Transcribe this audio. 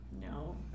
No